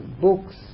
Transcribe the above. books